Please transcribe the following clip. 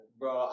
bro